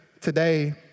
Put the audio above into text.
today